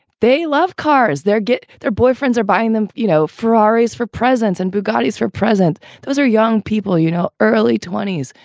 they love cars. their get their boyfriends are buying them, you know, ferrari's for presence and boogaard is for present. those are young people, you know, early twenty s,